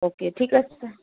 okay ঠিক আছে